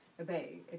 obey